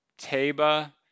Taba